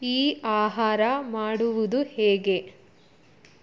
ಈ ಆಹಾರ ಮಾಡುವುದು ಹೇಗೆ